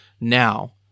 now